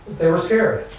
they were scared.